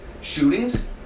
Shootings